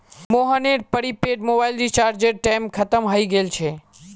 मोहनेर prepaid mobile रीचार्जेर टेम खत्म हय गेल छे